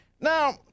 Now